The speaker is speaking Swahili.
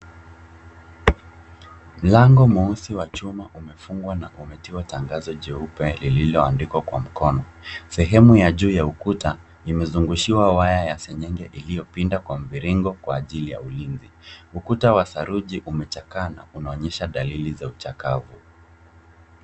Mlango mweusi wa chuma umefungwa na umetiwa tangazo jeupe lililoandikwa kwa mkono. Sehemu ya juu ya ukuta imezungushiwa waya ya seng'eng'e iliyopinda kwa mviringo kwa ajili ya ulinzi. Ukuta wa saruji umechakaa na unaonyesha dalili za uchakavu.